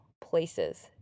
places